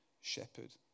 shepherd